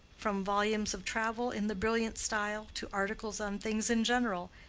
from volumes of travel in the brilliant style, to articles on things in general,